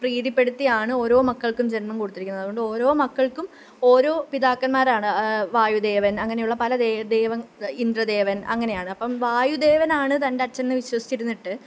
പ്രീതിപ്പെടുത്തിയാണ് ഓരോ മക്കള്ക്കും ജന്മം കൊടുത്തിരിക്കുന്നത് അതുകൊണ്ടോരോ മക്കള്ക്കും ഓരോ പിതാക്കന്മാരാണ് വായുദേവന് അങ്ങനെയുള്ള പല ദൈ ദൈവങ്ങൾ ഇന്ദ്രദേവന് അങ്ങനെയാണ് അപ്പം വായുദേവനാണ് തന്റച്ഛന് എന്ന് വിശ്വസിച്ചിരുന്നിട്ട്